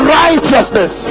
righteousness